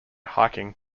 hiking